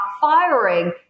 firing